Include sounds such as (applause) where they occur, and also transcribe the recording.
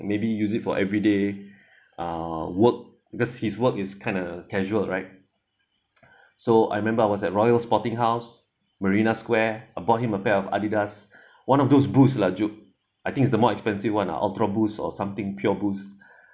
maybe use it for every day uh work because his work is kind of casual right so I remember I was at royal sporting house marina square I bought him a pair of adidas one of those boost lah zuff I think is the most expensive one lah ultra boost or something pure boost (breath)